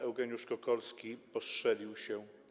Eugeniusz Kokolski postrzelił się.